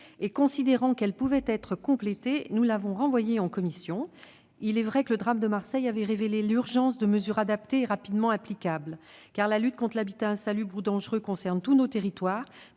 et, considérant qu'elle pouvait être complétée, nous l'avons renvoyée en commission. Il est vrai que le drame de Marseille avait révélé l'urgence de mesures adaptées et rapidement applicables, car la lutte contre l'habitat insalubre ou dangereux concerne tous nos territoires,